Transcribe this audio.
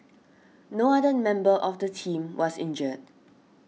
no other member of the team was injured